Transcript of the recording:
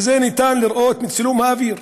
ואת זה ניתן לראות מצילום האוויר.